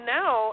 now